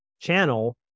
channel